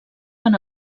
van